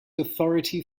authority